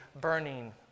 burning